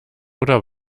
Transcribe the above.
oder